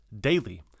daily